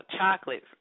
chocolate